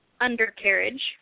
undercarriage